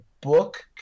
book